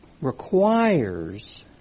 requires